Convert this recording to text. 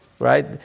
Right